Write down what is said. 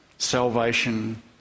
salvation